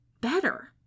better